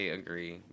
agree